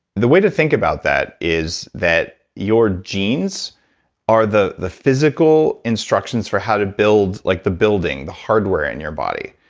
the way to think about that is that your genes are the the physical instructions for how to build like the building, the hardware in your body,